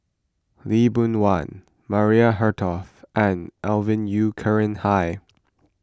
Lee Boon Wang Maria Hertogh and Alvin Yeo Khirn Hai